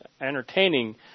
entertaining